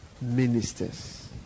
ministers